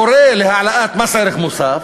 קורא להעלאת מס ערך מוסף